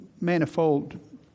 manifold